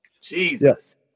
Jesus